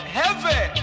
heavy